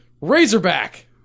Razorback